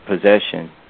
possession